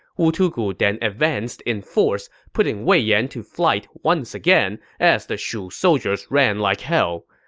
wu tugu then advanced in force, putting wei yan to flight once again as the shu soldiers ran like hell.